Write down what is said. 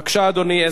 בבקשה, אדוני.